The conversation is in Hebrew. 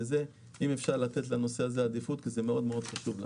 אם אפשר לתת לנושא הזה עדיפות כי זה מאוד חשוב.